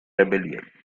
rebellion